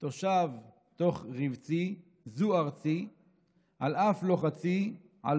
/ תושב תוך / רבצי / זו ארצי / על אף לוחצי / על